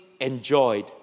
enjoyed